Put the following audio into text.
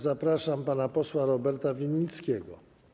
Zapraszam pana posła Roberta Winnickiego.